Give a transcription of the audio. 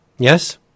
yes